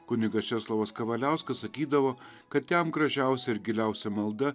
kunigas česlovas kavaliauskas sakydavo kad jam gražiausia ir giliausia malda